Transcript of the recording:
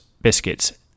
biscuits